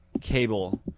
cable